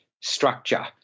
structure